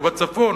או בצפון,